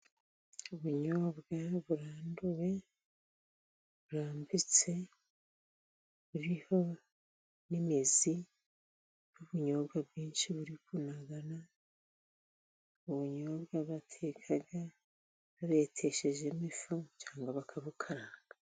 Ubunyobwa buranduwe, burambitse, buriho n'imizi, ni ubunyobwa bwinshi buri kunagana, ni ubunyobwa bateka babeteshejemo ifu cyangwa bakabukara.